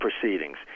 proceedings